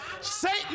Satan